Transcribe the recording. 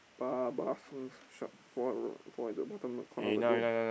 bar bar short fall fall into the bottom corner of the goal